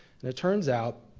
and it turns out,